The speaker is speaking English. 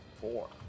Four